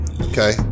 Okay